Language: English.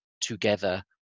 together